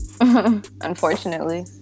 unfortunately